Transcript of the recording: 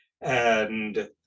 And-